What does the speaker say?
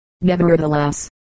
nevertheless